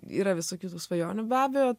yra visokių tų svajonių be abejo